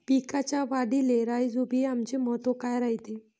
पिकाच्या वाढीले राईझोबीआमचे महत्व काय रायते?